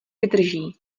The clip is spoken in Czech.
vydrží